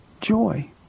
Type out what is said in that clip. joy